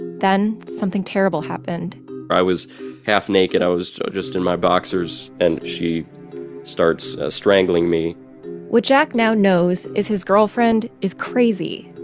then, something terrible happened i was half naked. i was just in my boxers, and she starts strangling me what jack now knows is his girlfriend is crazy.